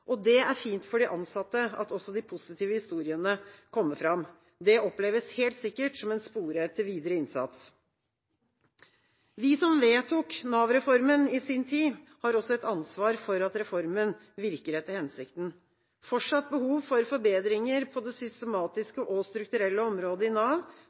Det er fint for de ansatte at også de positive historiene kommer fram. Det oppleves helt sikkert som en spore til videre innsats. Vi som vedtok Nav-reformen i sin tid, har også et ansvar for at reformen virker etter hensikten. Fortsatt er det behov for forbedringer på det systematiske og strukturelle området i Nav,